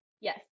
Yes